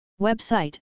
Website